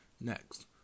Next